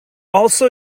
also